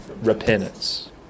Repentance